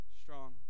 strong